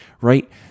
right